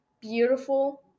beautiful